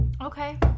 okay